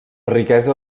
riquesa